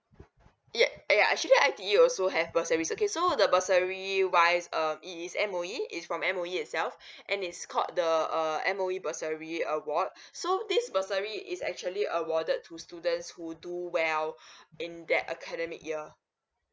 yup uh yeah actually I_T_E also have bursaries okay so the bursary wise um it is M_O_E it's from M_O_E itself and it's called the uh M_O_E bursary award so this bursary is actually awarded to students who do well in that academic year